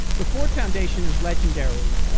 the ford foundation is legendary.